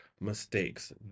mistakes